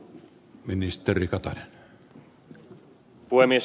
arvoisa puhemies